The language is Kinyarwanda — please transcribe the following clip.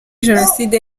jenoside